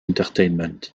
entertainment